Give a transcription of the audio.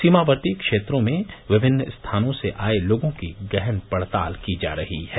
सीमावर्ती क्षेत्रों में विभिन्न स्थानों से आये लोगों की गहन पड़ताल की जा रही है